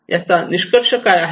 याचा निष्कर्ष काय आहे